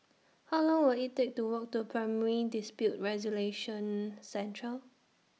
How Long Will IT Take to Walk to Primary Dispute Resolution Centre